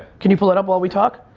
can you pull it up while we talk?